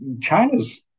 China's